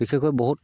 বিশেষকৈ বহুত